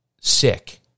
sick